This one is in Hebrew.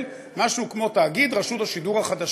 משהו כמו "תאגיד רשות השידור החדשה".